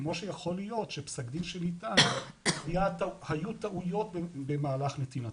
כמו שיכול להיות שפסק דין שניתן היו בו טעויות במהלך נתינתו.